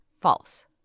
False